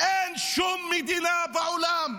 אין שום מדינה בעולם,